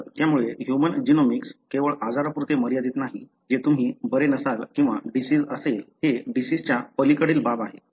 तर त्यामुळे human genomics केवळ आजारा पुरते मर्यादित नाही जे तुम्ही बरे नसाल किंवा डिसिज असेल हे डिसिजच्या पलीकडील बाब आहे